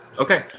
Okay